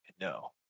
no